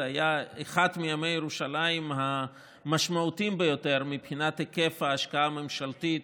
זה היה אחד מימי ירושלים המשמעותיים ביותר מבחינת היקף ההשקעה הממשלתית